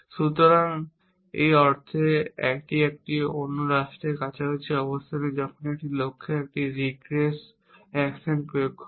সুতরাং এই অর্থে এটি একটি অন্য স্টেটের কাছাকাছি অবস্থানে যখন আপনি একটি লক্ষ্যে একটি রিগ্রেস অ্যাকশন প্রয়োগ করেন